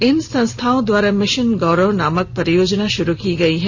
इन संस्थाओं द्वारा मिशन गौरव नामक परियोजना शुरू की गई है